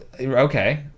Okay